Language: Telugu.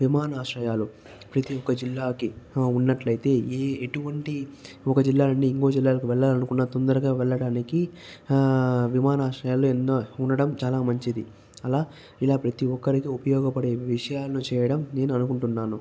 విమానాశ్రయాలు ప్రతి ఒక్క జిల్లాకి ఉన్నట్టయితే ఈ ఎటువంటి ఒక్క జిల్లా నుండి ఇంకో జిల్లాలకు వెళ్ళాలనుకున్న తొందరగా వెళ్ళడానికి విమానాశ్రయాలు ఎన్నో ఉండడం చాలా మంచిది అలా ఇలా ప్రతి ఒక్కరికి ఉపయోగపడే విషయాలు చేయడం నేను అనుకుంటున్నాను